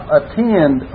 attend